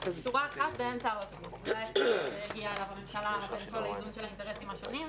זה ההסדר שהגיעה אליו הממשלה כאיזון של כל האינטרסים השונים.